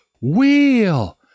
wheel